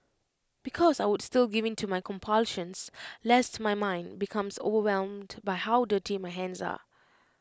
because I would still give in to my compulsions lest my mind becomes overwhelmed by how dirty my hands are